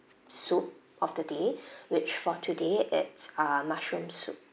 soup of the day which for today it's uh mushroom soup